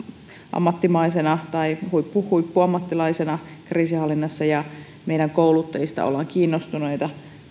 ammattimaisina huippuammattilaisina kriisinhallinnassa ja meidän kouluttajista ollaan kiinnostuneita